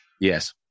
Yes